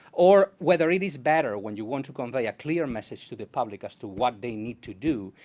or whether it is better when you want to convey a clear message to the public as to what they need to do,